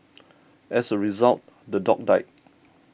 as a result the dog died